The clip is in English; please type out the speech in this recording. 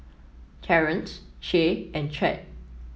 Terance Shay and Chadd